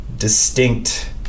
distinct